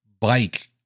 bike